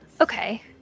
Okay